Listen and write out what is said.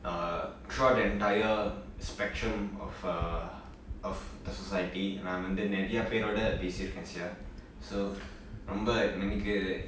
err try the entire spectrum of err of the society நா வந்து நிரைய பேரோட பேசிருக்கேன்:naa vanthu niraya peroda pesirukke sia so ரொம்ப எனக்கு:romba enakku